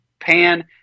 pan